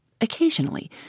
Occasionally